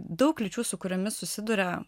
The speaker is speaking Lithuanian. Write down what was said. daug kliūčių su kuriomis susiduria